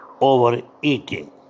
overeating